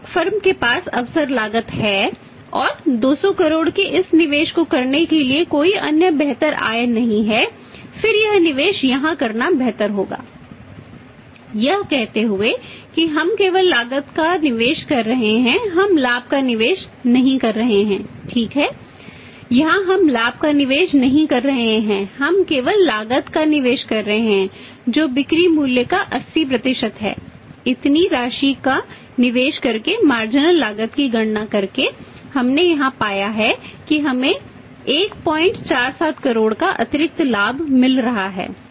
यदि फर्म लागत की गणना करके हमने यहां पाया है कि हमें 147 करोड़ का अतिरिक्त लाभ मिल रहा है